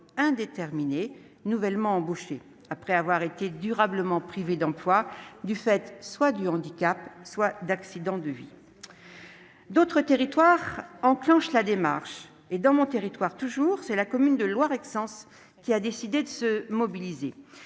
indéterminée nouvellement embauchés, après avoir été durablement privés d'emploi du fait soit de handicap, soit d'accident de la vie. D'autres territoires enclenchent la démarche. Dans mon département toujours, la commune de Loireauxence a elle aussi décidé de se mobiliser.